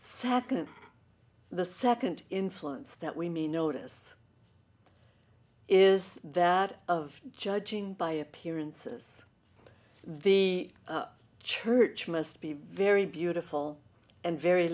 happen the second influence that we may notice is that of judging by appearances the church must be very beautiful and very